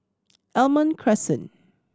Almond Crescent